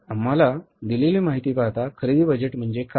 आम्हाला दिलेली माहिती पाहता खरेदी बजेट म्हणजे काय